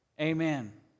Amen